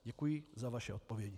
Děkuji za vaše odpovědi.